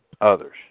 others